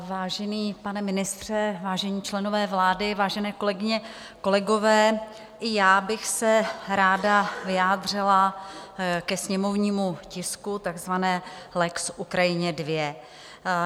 Vážený pane ministře, vážení členové vlády, vážené kolegyně, kolegové, i já bych se ráda vyjádřila ke sněmovnímu tisku, k takzvanému lex Ukrajina II.